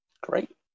Great